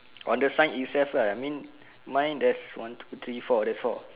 on the sign itself lah I mean mine there's one two three four there's four